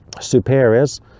superiors